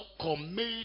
commit